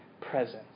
presence